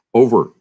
over